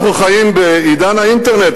אנחנו חיים בעידן האינטרנט,